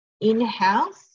in-house